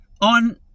on